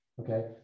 Okay